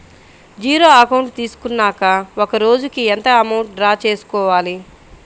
Zero account తీసుకున్నాక ఒక రోజుకి ఎంత అమౌంట్ డ్రా చేసుకోవాలి?